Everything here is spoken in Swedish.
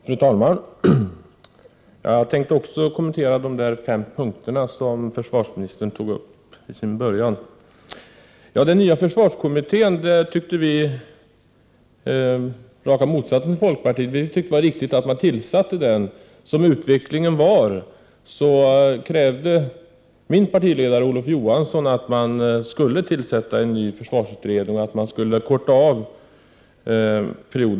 Fru talman! Jag tänkte också kommentera de fem punkter som försvarsministern tog upp i början av sitt anförande. Vi i centerpartiet tyckte, till skillnad från folkpartiet, att det var riktigt att den nya försvarskommittén tillsattes. Som utvecklingen var krävde min partiledare Olof Johansson att det skulle tillsättas en ny försvarsutredning och att perioden skulle kortas med ett år.